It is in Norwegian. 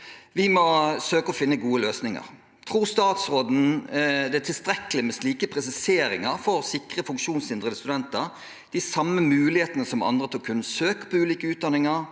Vi må søke gode løsninger. Tror statsråden det er tilstrekkelig med slike presiseringer for å sikre funksjonshindrede studenter de samme mulighetene som andre til å kunne søke på ulike utdanninger,